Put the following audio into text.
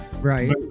Right